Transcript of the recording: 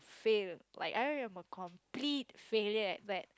fail like I am a complete failure at that